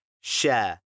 share